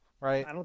right